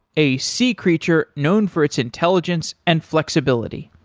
a sea creature known for its intelligence and flexibility.